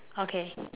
okay